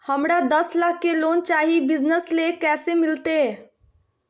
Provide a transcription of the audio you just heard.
हमरा दस लाख के लोन चाही बिजनस ले, कैसे मिलते?